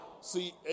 See